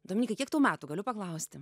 dominykai kiek tau metų galiu paklausti